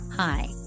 Hi